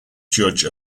judge